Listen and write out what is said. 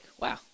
Wow